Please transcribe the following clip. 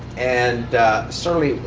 and certainly,